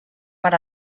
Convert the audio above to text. per